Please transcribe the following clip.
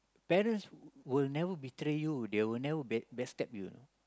parents will never betray you they will never back back stab you